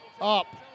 Up